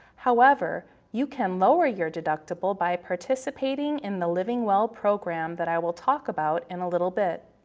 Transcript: however, you can lower your deductible by participating in the livingwell program that i will talk about in a little bit.